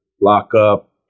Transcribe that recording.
lockup